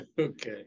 Okay